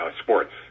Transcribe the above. sports